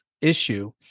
issue